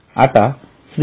आता श्री